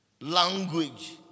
language